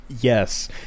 yes